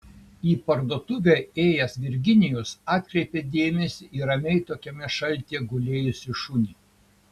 į parduotuvę ėjęs virginijus atkreipė dėmesį į ramiai tokiame šaltyje gulėjusį šunį